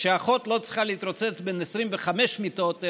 כשאחות לא צריכה להתרוצץ בין 25 מיטות,